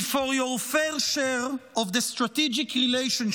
and for your fair share of the strategic relationship